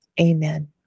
Amen